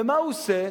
ומה הוא עושה?